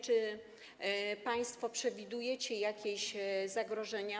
Czy państwo przewidujecie jakieś zagrożenia?